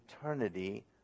eternity